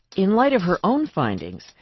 in light of her own findings,